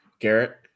Garrett